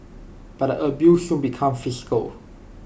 but the abuse soon became physical